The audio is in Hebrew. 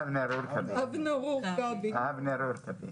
אבנר עורקבי.